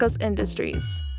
Industries